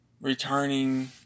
returning